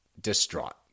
distraught